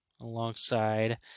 alongside